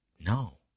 no